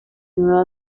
una